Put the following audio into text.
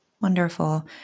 Wonderful